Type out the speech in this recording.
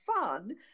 fun